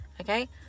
Okay